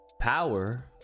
power